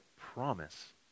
promise